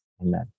Amen